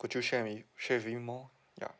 could you share me share with me more yup